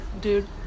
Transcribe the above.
dude